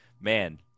man